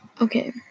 Okay